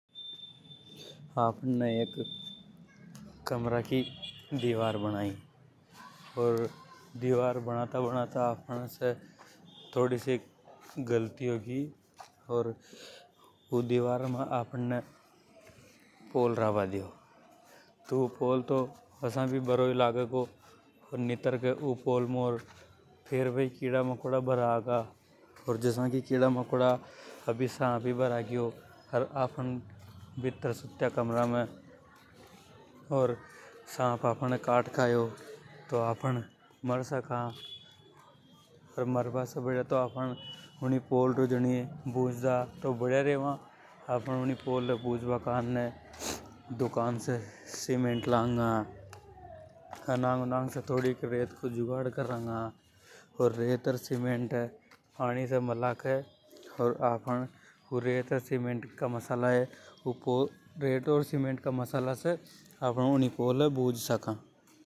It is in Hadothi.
आपन ने एक कमरा की दीवार बनाईऔर दीवार बनाता बनाता आफ़न से एक गलती होगी। ओर ऊ दीवार में आपन ने पोल रा बा दियों। तो ऊ पोल असा भी बारों लागे गो या आसा भी उमें ओर कीड़ा कांटा भरबा को डर रेवे। अर जसा की सांप ही भरा गयो ओर आपन ये काट लियो तो आपन मर जंगा। मर बा से बढ़िया तो आपन ऊ पोल रियो जीनिये बुज दा। अनंग उनंग से रेत को जुगाड करांगा। ओर रेत सीमेंट ये मला के ऊ रेत और सीमेंट का मसाला से पोल ये बुज सका।